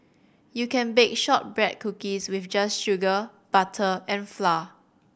you can bake shortbread cookies just with sugar butter and flour